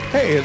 Hey